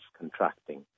contracting